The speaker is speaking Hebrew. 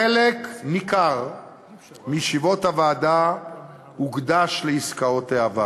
חלק ניכר מישיבות הוועדה הוקדש לעסקאות העבר.